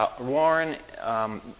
Warren